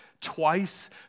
twice